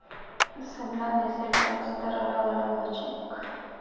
सबला देशेर टैक्स दर अलग अलग ह छेक